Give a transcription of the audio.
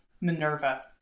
Minerva